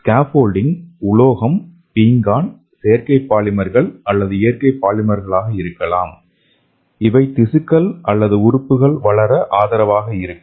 scaffolding உலோகம் பீங்கான் செயற்கை பாலிமர்கள் அல்லது இயற்கை பாலிமர்களாக இருக்கலாம் இவை திசுக்கள் அல்லது உறுப்புகள் வளர ஆதரவாக இருக்கும்